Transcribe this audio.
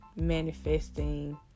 manifesting